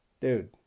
dude